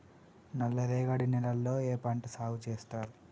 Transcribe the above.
నల్లరేగడి నేలల్లో ఏ పంట సాగు చేస్తారు?